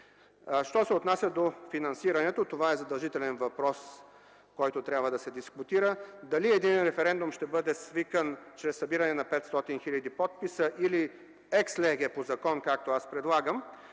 Що се отнася до финансирането – това е задължителен въпрос, който трябва да се дискутира. Дали един референдум ще бъде свикан чрез събирането на 500 хиляди подписа или екслеге по закон, както аз предлагам,